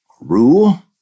rule